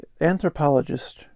anthropologist